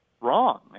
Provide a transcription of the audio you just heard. wrong